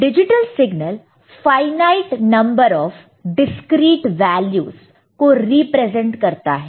digital signal finite number of discrete values को represent करता है